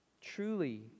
Truly